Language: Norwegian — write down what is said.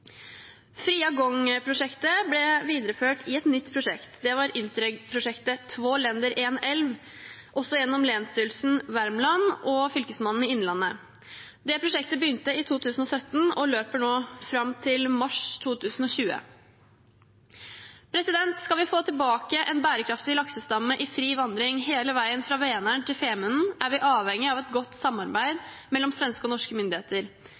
ble videreført i et nytt prosjekt. Det var Interreg-prosjektet «Två länder – en älv», også gjennom Länsstyrelsen Värmland og Fylkesmannen i Innlandet. Det prosjektet begynte i 2017 og løper nå fram til mars 2020. Skal vi få tilbake en bærekraftig laksestamme i fri vandring hele veien fra Vänern til Femunden, er vi avhengige av et godt samarbeid mellom svenske og norske myndigheter.